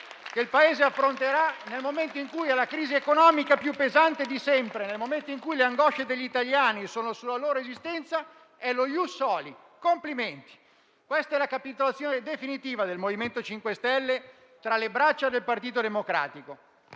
che il Paese affronterà, nel momento in cui c'è la crisi economica più pesante di sempre e le angosce degli italiani sono sulla loro esistenza, è lo *ius soli*. Complimenti! Questa è la capitolazione definitiva del MoVimento 5 Stelle tra le braccia del Partito Democratico.